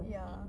ya